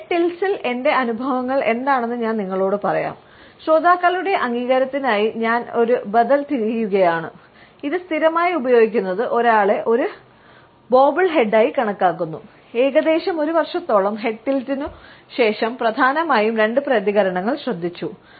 head ടിൽറ്റ്സ്സിൽ എന്റെ അനുഭവങ്ങൾ എന്താണെന്ന് ഞാൻ നിങ്ങളോട് പറയാം ശ്രോതാക്കളുടെ അംഗീകാരത്തിനായി ഞാൻ ഒരു ബദൽ തിരയുകയാണ് ഇത് സ്ഥിരമായി ഉപയോഗിക്കുന്നത് ഒരാളെ ഒരു ബോബൾ ഹെഡ് ആയി കണക്കാക്കുന്നു ഏകദേശം ഒരു വർഷത്തോളം ഹെഡ് ടിൽറ്റ്നു ശേഷം പ്രധാനമായും രണ്ട് പ്രതികരണങ്ങൾ ശ്രദ്ധിച്ചു